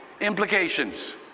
implications